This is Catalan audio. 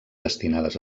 destinades